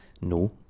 no